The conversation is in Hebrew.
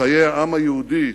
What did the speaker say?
בחיי העם היהודי